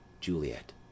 Juliet